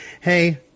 hey